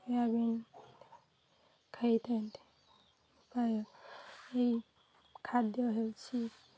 soybean ଖାଇଥାନ୍ତି ଉପାୟ ଏଇ ଖାଦ୍ୟ ହେଉଛି